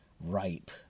ripe